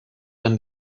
than